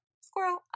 squirrel